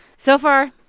so far,